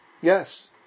Yes